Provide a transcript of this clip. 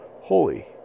Holy